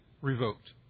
revoked